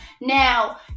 Now